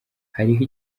hariho